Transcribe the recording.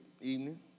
evening